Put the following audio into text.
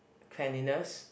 cleanliness